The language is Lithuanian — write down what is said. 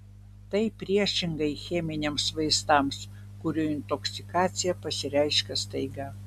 tai priešingai cheminiams vaistams kurių intoksikacija pasireiškia staiga